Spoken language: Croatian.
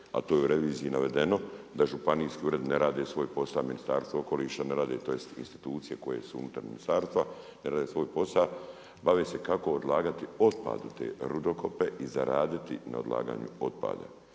a to je u reviziji navedeno da županijski ured ne radi svoj posal, Ministarstvo okoliša ne radi, tj. institucije koje su unutar ministarstva ne rade svoj posal. Bave se kako odlagati otpad u te rudokope i zaraditi na odlaganju otpada.